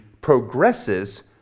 progresses